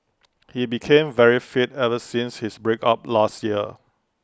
he became very fit ever since his break up last year